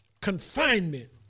confinement